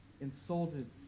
insulted